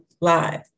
live